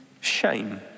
shame